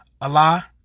Allah